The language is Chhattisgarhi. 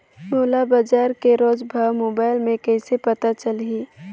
मोला बजार के रोज भाव मोबाइल मे कइसे पता चलही?